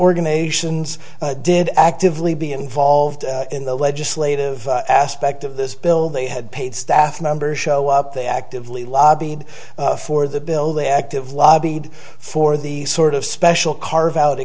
organizations did actively be involved in the legislative aspect of this bill they had paid staff members show up they actively lobbied for the bill the active lobbied for the sort of special carve out